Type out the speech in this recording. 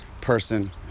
person